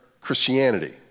Christianity